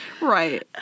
Right